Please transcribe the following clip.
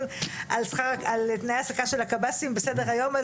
על תנאי ההעסקה של הקב"סים בסדר היום,